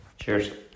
Cheers